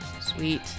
Sweet